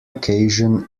occasion